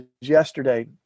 yesterday